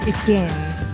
begin